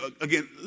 again